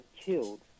killed